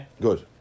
Good